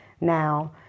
now